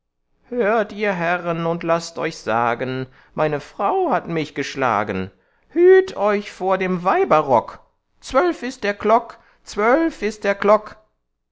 hört ihr herrn und laßt euch sagen meine frau hat mich geschlagen hüt't euch vor dem weiberrock zwölf ist der klock zwölf ist der klock